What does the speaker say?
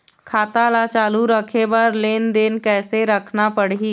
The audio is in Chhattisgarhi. खाता ला चालू रखे बर लेनदेन कैसे रखना पड़ही?